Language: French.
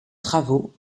travaux